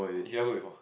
she never go before